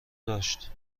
داشت